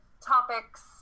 topics